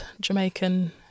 Jamaican